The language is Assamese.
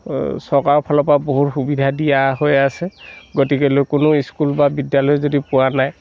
চৰকাৰৰ ফালৰ পৰা বহুত সুবিধা দিয়া হৈ আছে গতিকে কোনো স্কুল বা বিদ্যালয়ে যদি পোৱা নাই